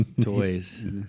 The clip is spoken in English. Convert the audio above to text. Toys